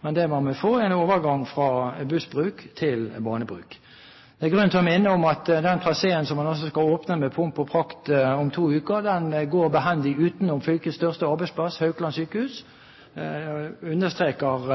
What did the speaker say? Men det man vil få, er en overgang fra bussbruk til banebruk. Det er grunn til å minne om at den traseen som man altså skal åpne med pomp og prakt om to uker, går behendig utenom fylkets største arbeidsplass, Haukeland universitetssjukehus. Det understreker,